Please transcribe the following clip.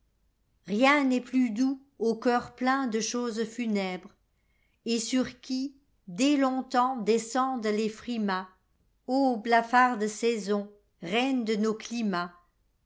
rien n'est plus doux au cœur plein de choses funèbres et sur qui dès longtemps descendent les frimas blafardes saisons reines de nos climats